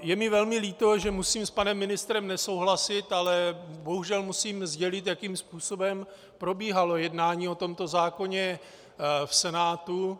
Je mi velmi líto, že musím s panem ministrem nesouhlasit, ale bohužel musím sdělit, jakým způsobem probíhalo jednání o tomto zákoně v Senátu.